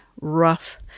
rough